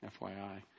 FYI